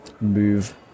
move